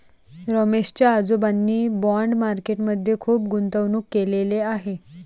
रमेश च्या आजोबांनी bond market मध्ये खुप गुंतवणूक केलेले आहे